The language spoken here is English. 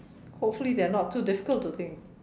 hopefully they are not too difficult to think